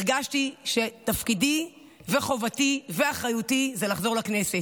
הרגשתי שתפקידי וחובתי ואחריותי זה לחזור לכנסת.